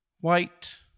white